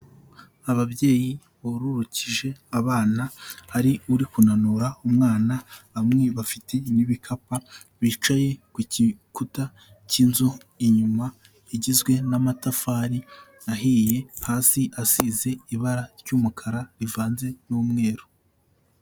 Ababyeyi bururukije abana, hari uri kunanura umwana bamwe bafite n'ibikapa bicaye ku gikuta cy'inzu, inyuma igizwe n'amatafari ahiye hasi asize ibara ry'umukara rivanze n'umweru.